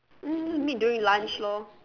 then you just meet during lunch lor